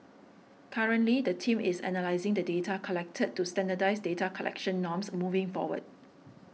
currently the team is analysing the data collected to standardise data collection norms moving forward